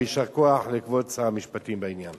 ויישר כוח לכבוד שר המשפטים בעניין.